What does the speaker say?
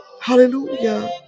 Hallelujah